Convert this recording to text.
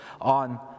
on